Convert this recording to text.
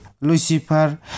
Lucifer